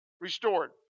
restored